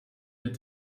wird